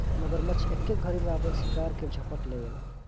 मगरमच्छ एके घरी में आपन शिकार के झपट लेवेला